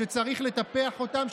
שצריך לטפח אותם,